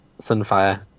Sunfire